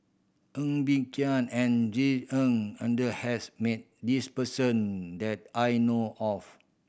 Ng Bee Kia and Ng Uhde has met this person that I know of